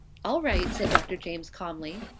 all right, said dr. james calmly.